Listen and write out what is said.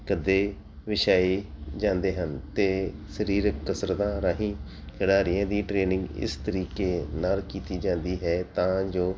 ਗੱਦੇ ਵਿਛਾਏ ਜਾਂਦੇ ਹਨ ਅਤੇ ਸਰੀਰਕ ਕਸਰਤਾਂ ਰਾਹੀਂ ਖਿਡਾਰੀਆਂ ਦੀ ਟ੍ਰੇਨਿੰਗ ਇਸ ਤਰੀਕੇ ਨਾਲ ਕੀਤੀ ਜਾਂਦੀ ਹੈ ਤਾਂ ਜੋ